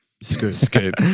Scoop